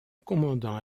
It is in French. commandant